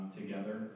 together